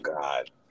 God